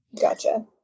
Gotcha